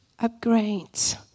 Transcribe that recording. upgrades